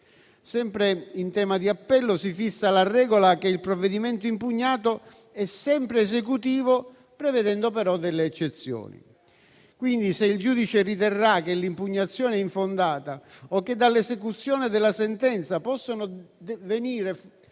Sempre in tema di appello, si fissa la regola per cui il provvedimento impugnato è sempre esecutivo, prevedendo però delle eccezioni. Pertanto, se il giudice riterrà che l'impugnazione è infondata o che dall'esecuzione della sentenza possano venire dei